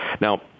Now